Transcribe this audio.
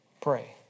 pray